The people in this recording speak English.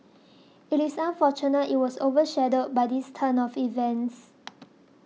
it is unfortunate it was over shadowed by this turn of events